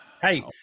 Hey